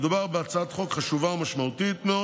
מדובר בהצעת חוק חשובה ומשמעותית מאוד